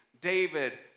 David